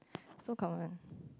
so common